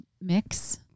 mix